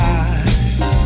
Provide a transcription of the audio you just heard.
eyes